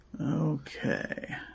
Okay